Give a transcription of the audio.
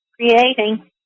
creating